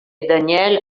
daniel